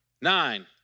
Nine